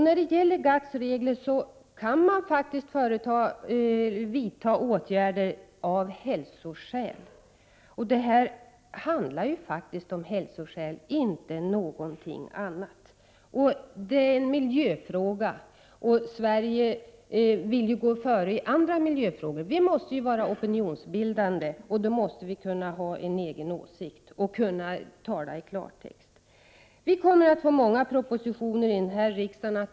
När det gäller GATT:s regler kan man faktiskt vidta åtgärder av hälsoskäl. Här handlar det ju om hälsoskäl och ingenting annat. Det här är en miljöfråga. Eftersom Sverige vill vara ett föregångsland i andra miljöfrågor, måste vi vara opinionsbildande även här. Vi måste således kunna ha en egen åsikt och tala klarspråk. Vi kommer att få behandla många propositioner här i riksdagen.